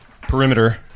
perimeter